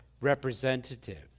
representative